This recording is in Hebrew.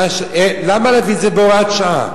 למה להביא את זה בהוראת שעה?